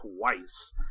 twice